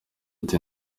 ati